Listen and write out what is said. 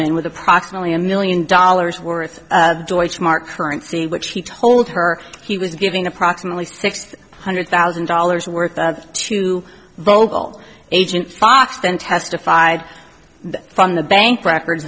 ableman with approximately a million dollars worth of joy smart currency which he told her he was giving approximately six hundred thousand dollars worth of to bogle agent fox then testified that from the bank records